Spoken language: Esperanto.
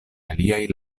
aliaj